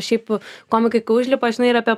šiaip komikai kai užlipa žinai apie